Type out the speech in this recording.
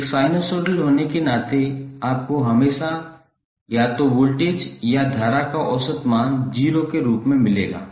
एक साइनसॉइडल होने के नाते आपको हमेशा या तो वोल्टेज या धारा का औसत मान 0 के रूप में मिलेगा